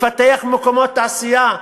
לפתח מקומות תעשייה.